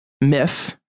myth